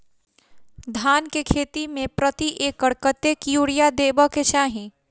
धान केँ खेती मे प्रति एकड़ कतेक यूरिया देब केँ चाहि?